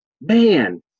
man